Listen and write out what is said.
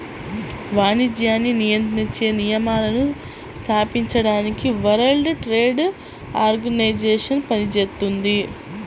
వాణిజ్యాన్ని నియంత్రించే నియమాలను స్థాపించడానికి వరల్డ్ ట్రేడ్ ఆర్గనైజేషన్ పనిచేత్తుంది